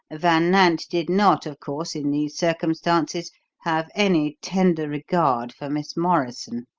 van nant did not, of course, in these circumstances have any tender regard for miss morrison.